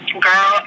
Girl